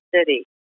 City